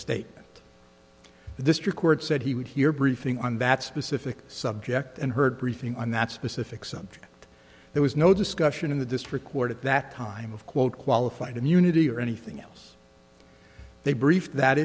the district court said he would hear briefing on that specific subject and heard briefing on that specific subject there was no discussion in the district court at that time of quote qualified immunity or anything else they briefed that